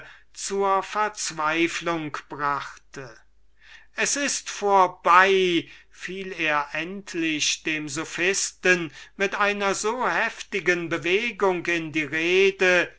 zur verzweiflung brachte es ist vorbei fiel er endlich dem sophisten mit einer so heftigen bewegung in die rede